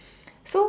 so